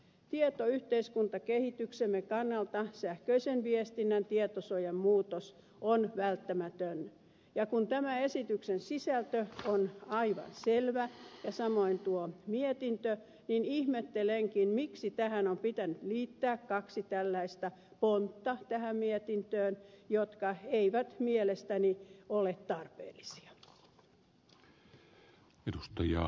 tietoyhteiskuntakehityksemme kannalta sähköisen viestinnän tietosuojan muutos on välttämätön ja kun tämä esityksen sisältö on aivan selvä ja samoin tuo mietintö niin ihmettelenkin miksi on pitänyt liittää tähän mietintöön kaksi tällaista pontta jotka eivät mielestäni ole tarpeellisia